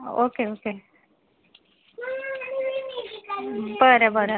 okay okay बरं बरं